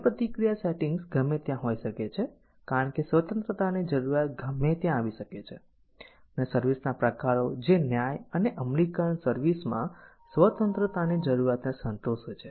ક્રિયાપ્રતિક્રિયા સેટિંગ્સ ગમે ત્યાં હોઈ શકે છે કારણ કે સ્વતંત્રતાની જરૂરિયાત ગમે ત્યાં આવી શકે છે અને સર્વિસ ના પ્રકારો જે ન્યાય અને અમલીકરણ સર્વિસ માં સ્વતંત્રતાની જરૂરિયાતને સંતોષે છે